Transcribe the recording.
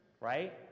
Right